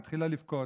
היא התחילה לבכות.